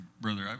brother